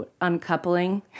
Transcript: uncoupling